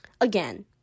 Again